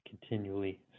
continually